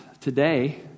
today